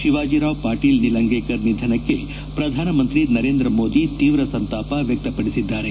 ಶಿವಾಜರಾವ್ ಪಾಟೀಲ್ ನೀಲಂಗೇಕರ್ ನಿಧನಕ್ಕೆ ಪ್ರಧಾನಮಂತ್ರಿ ನರೇಂದ್ರ ಮೋದಿ ತೀವ್ರ ಸಂತಾಪ ವ್ಯಕ್ಷಪಡಿಸಿದ್ದಾರೆ